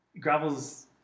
gravels